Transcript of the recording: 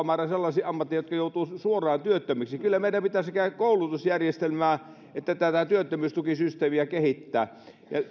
määrä sellaisiin ammatteihin joista joutuu suoraan työttömiksi kyllä meidän pitää sekä koulutusjärjestelmää että tätä työttömyystukisysteemiä kehittää